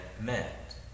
met